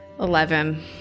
Eleven